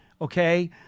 okay